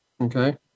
Okay